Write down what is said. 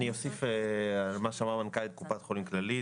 אני אוסיף על מה שאמרה מנכ"לית קופת חולים כללית.